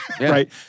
Right